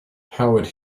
howard